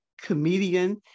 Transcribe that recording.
comedian